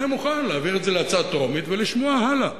אני מוכן להעביר את זה כהצעה טרומית ולשמוע הלאה.